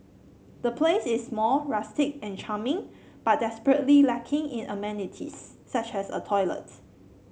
the place is small rustic and charming but desperately lacking in amenities such as a toilet